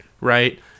right